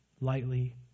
lightly